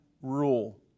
Rule